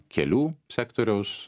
kelių sektoriaus